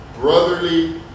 brotherly